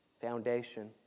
Foundation